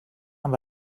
amb